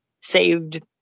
saved